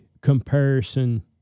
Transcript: comparison –